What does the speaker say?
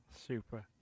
super